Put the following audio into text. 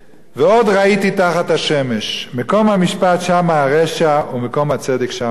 "ועוד ראיתי תחת השמש מקום המשפט שמה הרשע ומקום הצדק שמה הרשע".